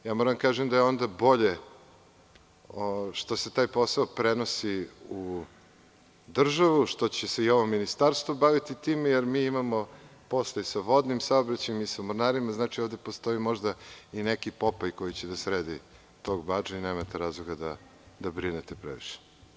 Moram da vam kažem da je onda bolje što se taj posao prenosi u državu, što će se i ovo Ministarstvo baviti time, jer mi imamo posla i sa vodnim saobraćajem i sa mornarima, znači, ovde postoji možda i neki Popaj koji će da sredi tog Badžu i nemate razloga da brinete previše.